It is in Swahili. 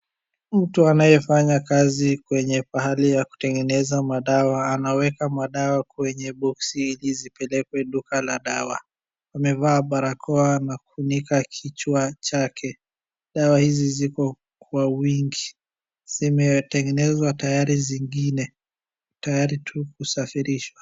mtu anayefanya kai kwenye pahali ya kutengeneza madawa anaweka madawa kwenye boxi ili zipelekwe duka ya dawa, amevaa barakoa na kufunika kichwa chake .Dawa hizi ziko kwa wingi zimetengenezwa tayari zingine tayari tu kusafirishwa